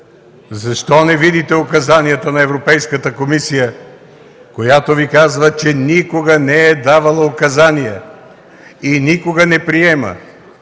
защо не видите указанията на Европейската комисия, която Ви казва, че никога не е давала указания и никога не приема